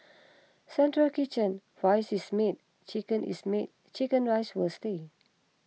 central kitchen rice is made chicken is made Chicken Rice will stay